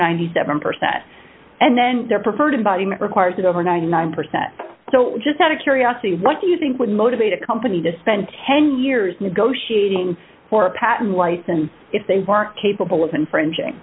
ninety seven percent and then their preferred body requires it over ninety nine percent so just out of curiosity what do you think would motivate a company to spend ten years negotiating for a patent license if they are capable of infringing